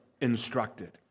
instructed